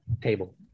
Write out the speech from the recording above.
table